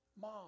mom